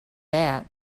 that